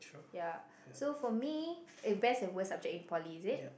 ya so for me eh best and worst subject in Poly is it